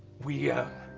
we, ah.